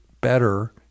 better